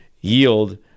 yield